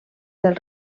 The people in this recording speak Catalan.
del